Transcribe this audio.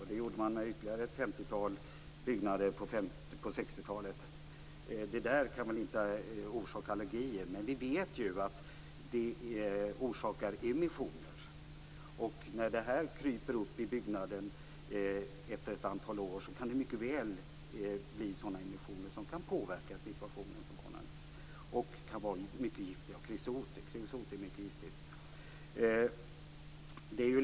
Så gjorde man i ytterligare ett femtiotal byggnader på 60-talet. Det där kan inte orsaka allergier, men vi vet att det orsakar emissioner. När det kryper upp i byggnaden efter ett antal år kan det mycket väl bli sådana emissioner som kan påverka situationen för barnen. Kreosot är ett mycket giftigt ämne.